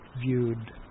viewed